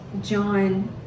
John